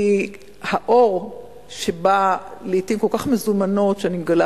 כי האור שבא לעתים כל כך מזומנות, שאני מגלה